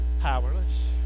Powerless